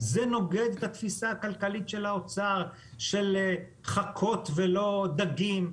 זה נוגד את התפיסה הכלכלית של האוצר של חכות ולא דגים,